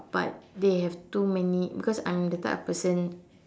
but they have too many because I'm that type of person